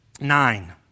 nine